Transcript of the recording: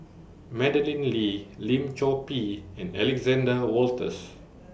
Madeleine Lee Lim Chor Pee and Alexander Wolters